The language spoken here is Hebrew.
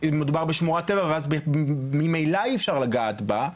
מדובר בשמורת טבע ואז ממילא אי אפשר לגעת בה.